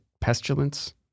pestilence